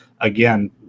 again